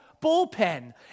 bullpen